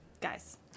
guys